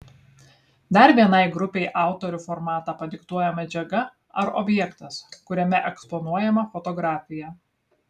dar vienai grupei autorių formatą padiktuoja medžiaga ar objektas kuriame eksponuojama fotografija